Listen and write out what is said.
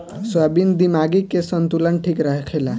soybean दिमागी के संतुलन ठीक रखेला